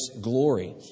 glory